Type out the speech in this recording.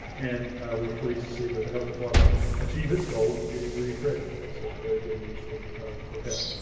and we were pleased to see the health department achieve its goal with getting reacquainted. that's very good news for for health.